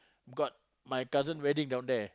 got my cousin wedding down there